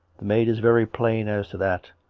the maid is very plain as to that.